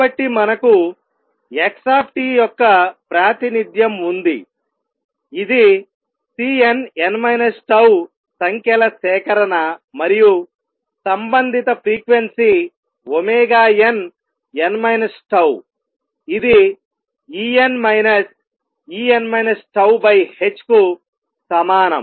కాబట్టి మనకు x యొక్క ప్రాతినిధ్యం ఉంది ఇది Cnn τ సంఖ్యల సేకరణ మరియు సంబంధిత ఫ్రీక్వెన్సీ nn τ ఇది En En τℏ కు సమానం